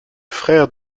frère